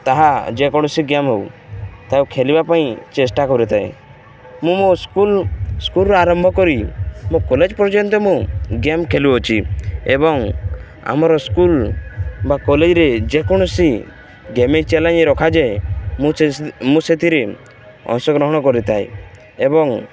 ତାହା ଯେକୌଣସି ଗେମ୍ ହଉ ତାହାକୁ ଖେଲିବା ପାଇଁ ଚେଷ୍ଟା କରିଥାଏ ମୁଁ ମୋ ସ୍କୁଲ ସ୍କୁଲରୁ ଆରମ୍ଭ କରି ମୋ କଲେଜ ପର୍ଯ୍ୟନ୍ତ ମୁଁ ଗେମ୍ ଖେଳୁ ଅଛି ଏବଂ ଆମର ସ୍କୁଲ ବା କଲେଜରେ ଯେକୌଣସି ଗେମିଙ୍ଗ ଚ୍ୟାଲେଞ୍ଜ ରଖାଯାଏ ମୁଁ ସେଥିରେ ଅଂଶଗ୍ରହଣ କରିଥାଏ ଏବଂ